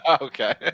Okay